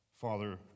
Father